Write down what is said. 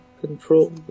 control